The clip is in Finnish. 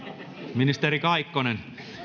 ministeri kaikkonen